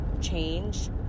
change